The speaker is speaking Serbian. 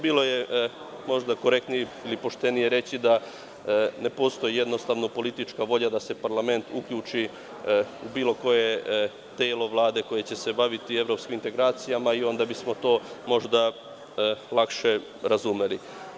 Bilo je možda korektnije i poštenije reći da ne postoji jednostavno politička volja da se parlament uključi u bilo koje telo Vlade koje će se baviti evropskim integracijama i onda bismo to lakše razumeli.